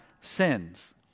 sins